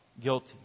guilty